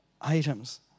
items